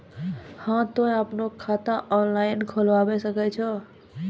हाँ तोय आपनो खाता ऑनलाइन खोलावे सकै छौ?